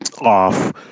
off